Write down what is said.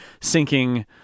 sinking